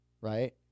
right